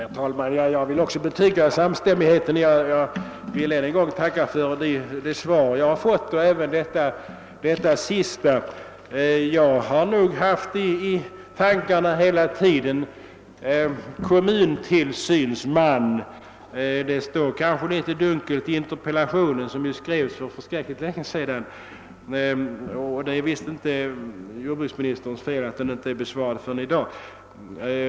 Herr talman! Jag vill också betyga samstämmigheten, och jag vill än en gång tacka för det svar jag fått och även för detta senaste. Jag har hela tiden haft en kommuntillsynsman i tankarna. Det står kanske något dunkelt i interpellationen som ju skrevs för mycket länge sedan, och det är förresten visst inte jordbruksministerns fel att den inte besvarats förrän i dag.